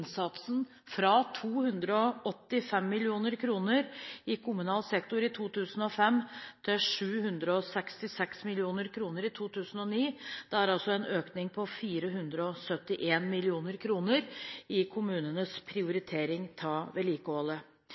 innsatsen, fra 285 mill. kr i kommunal sektor i 2005 til 766 mill. kr i 2009. Det er altså en økning på 481 mill. kr i kommunenes prioritering av vedlikeholdet.